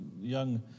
young